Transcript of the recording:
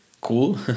cool